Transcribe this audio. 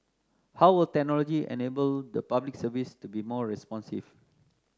how will technology enable the Public Service to be more responsive